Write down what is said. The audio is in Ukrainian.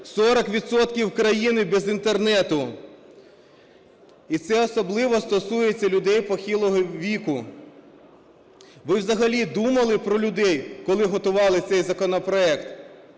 країни без Інтернету. І це особливо стосується людей похилого віку. Ви взагалі думали про людей, коли готували цей законопроект?